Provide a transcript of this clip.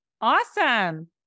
Awesome